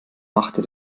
machte